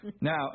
Now